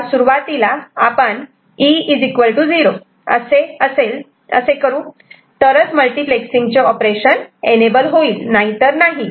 तेव्हा सुरुवातीला आपण E 0 असे करू तरच मल्टिप्लेक्ससिंगचे ऑपरेशन एनेबल होईल नाहीतर नाही